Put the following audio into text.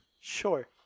Sure